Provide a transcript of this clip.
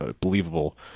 believable